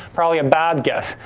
probably a bad guess.